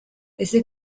ese